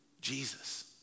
Jesus